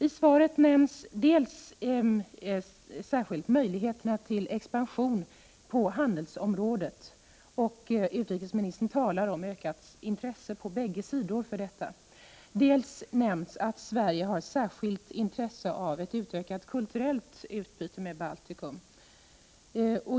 I svaret nämns möjligheterna till expansion på handelsområdet, och utrikesministern talar om ökat intresse på bägge sidor för detta. Det nämns också att Sverige har särskilt intresse av ett utökat kulturellt utbyte med Baltikum.